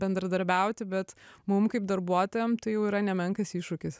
bendradarbiauti bet mum kaip darbuotojam tai jau yra nemenkas iššūkis